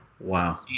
Wow